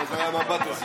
מה זה היה המבט הזה?